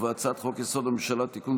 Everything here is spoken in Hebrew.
ובהצעת חוק-יסוד: הממשלה (תיקון,